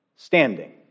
standing